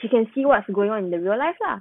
you can see what's going on in the real life lah